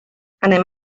anem